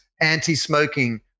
anti-smoking